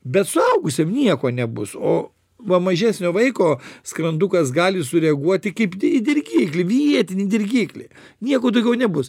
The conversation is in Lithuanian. bet suaugusiam nieko nebus o va mažesnio vaiko skrandukas gali sureaguoti kaip di į dirgiklį vietinį dirgiklį nieko daugiau nebus